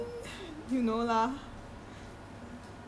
bless my laughter